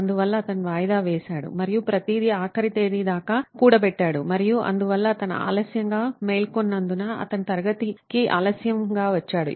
అందువల్ల అతను వాయిదా వేశాడు మరియు ప్రతిదీ ఆఖరి తేదీ దాక కూడబెట్టాడు మరియు అందువల్ల అతను ఆలస్యంగా మేల్కొన్నందున అతను తరగతికి ఆలస్యంగా వచ్చాడు